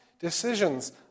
decisions